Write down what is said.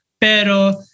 pero